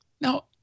Now